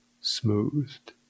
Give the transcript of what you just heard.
smoothed